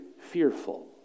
fearful